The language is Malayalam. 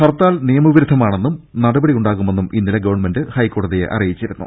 ഹർത്താൽ നിയമ വിരുദ്ധമാണെന്നും നടപടി യുണ്ടാകുമെന്നും ഇന്നലെ ഗവൺമെന്റ് ഹൈക്കോടതിയെ അറിയിച്ചിരുന്നു